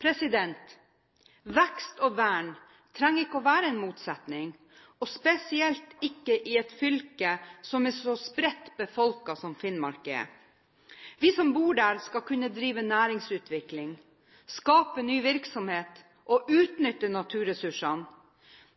kommunestyrene. Vekst og vern trenger ikke å være en motsetning og spesielt ikke i et fylke som er så spredt befolket som Finnmark er. Vi som bor der, skal kunne drive næringsutvikling, skape ny virksomhet og utnytte naturressursene,